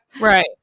Right